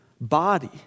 body